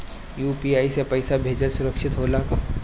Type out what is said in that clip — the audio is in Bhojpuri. यू.पी.आई से पैसा भेजल सुरक्षित होला का?